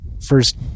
first